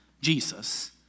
Jesus